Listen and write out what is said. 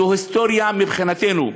זו היסטוריה מבחינתנו.